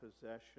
possession